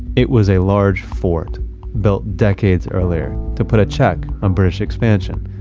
it was a large fort built decades earlier to put a check on british expansion,